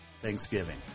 Thanksgiving